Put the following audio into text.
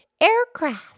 aircraft